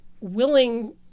Willing